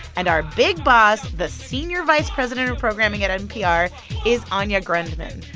and our big boss, the senior vice president of programming at npr is anya grundmann.